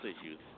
issues